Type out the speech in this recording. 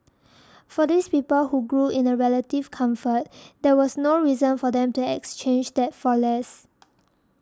for these people who grew in a relative comfort there was no reason for them to exchange that for less